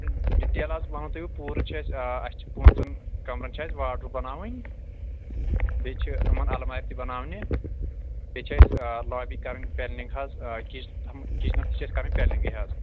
detail حظ وَنو بہٕ تۄہہِ پوٗرٕ چھِ اَسہِ اَسہِ چھِ پٲنٛژَن کَمرَن چھِ اَسہِ واڈروٗم بَناوٕنۍ بیٚیہِ چھِ یِمَن اَلمارِ تہِ بَناونہِ بیٚیہِ چھِ اَسہِ لابی کَرٕنۍ پینلِنٛگ حظ کِچ کِچنَس تہِ چھِ کَرٕنۍ اَسہِ پینلِنٛگٕے حظ